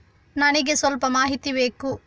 ನನಿಗೆ ಸ್ವಲ್ಪ ಮಾಹಿತಿ ಬೇಕು